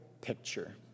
picture